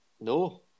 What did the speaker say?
No